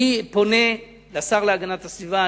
אני פונה לשר להגנת הסביבה,